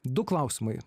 du klausimai